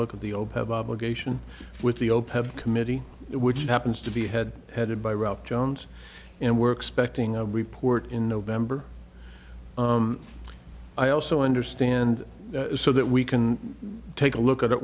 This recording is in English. look at the old have obligation with the opec committee which happens to be head headed by route jones and we're expecting a report in november i also understand so that we can take a look at